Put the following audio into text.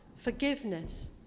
forgiveness